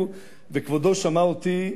כבודו שמע אותי,